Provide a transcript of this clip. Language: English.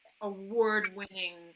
award-winning